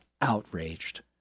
outraged